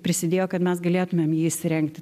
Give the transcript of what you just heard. prisidėjo kad mes galėtumėm jį įsirengti